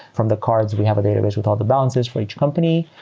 from the cards, we have a database with all the balances for each company,